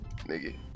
Nigga